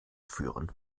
führen